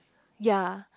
ya